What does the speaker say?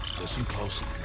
listen closely.